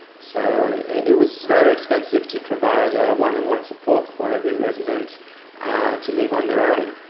so it was very expensive to provide one on one support for every resident to live on their own.